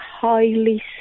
Highly